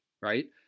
Right